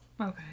Okay